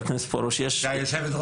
יש גורמים,